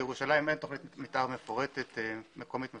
בירושלים אין תכנית מתאר מקומית מפורטת.